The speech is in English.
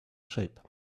shape